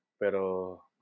Pero